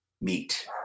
meet